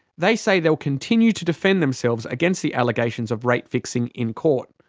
they say they'll continue to defend themselves against the allegations of rate fixing in court.